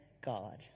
God